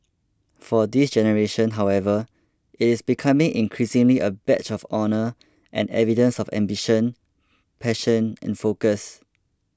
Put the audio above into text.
for this generation however it is becoming increasingly a badge of honour and evidence of ambition passion and focus